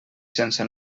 sense